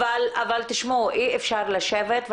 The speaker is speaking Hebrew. אי אפשר לשבת.